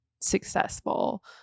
successful